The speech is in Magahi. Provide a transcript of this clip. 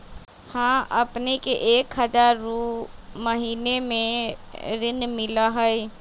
हां अपने के एक हजार रु महीने में ऋण मिलहई?